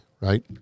right